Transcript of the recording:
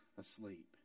asleep